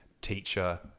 teacher